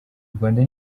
rwanda